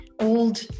old